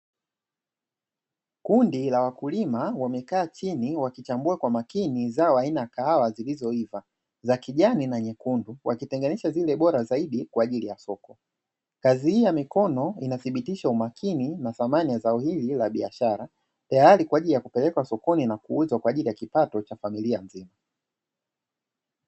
Kundi la wakulima wamekaa chini wakichambua kwa makini zao aina kahawa zilizoiva za kijani na nyekundu, wakitenganisha zile bora zaidi kwa ajili ya soko. Kazi hii ya mikono inathibitisha umakini na thamani ya zao hili la biashara, tayari kwa ajili ya kupelekwa sokoni na kuuzwa kwa ajili ya kipato cha familia nzima.